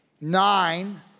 Nine